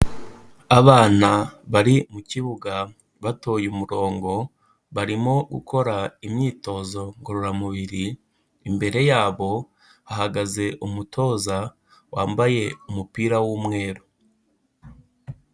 Abana bari mukibuga batoye umurongo, barimo gukora imyitozo ngororamubiri, imbere yabo hahagaze umutoza wambaye umupira w'umweru.